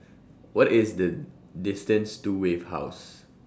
What IS The distance to Wave House